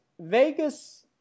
Vegas